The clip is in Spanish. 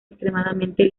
extremadamente